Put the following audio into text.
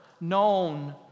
known